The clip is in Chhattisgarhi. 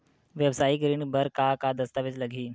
वेवसायिक ऋण बर का का दस्तावेज लगही?